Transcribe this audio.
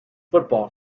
football